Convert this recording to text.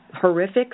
horrific